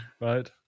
right